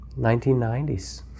1990s